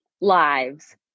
lives